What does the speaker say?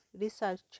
Research